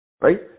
Right